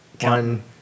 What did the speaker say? one